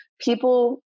people